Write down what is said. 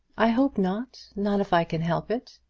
i hope not not if i can help it.